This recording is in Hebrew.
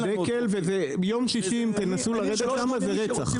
הדקל, וביום שישי אם תנסו לרדת שם זה רצח.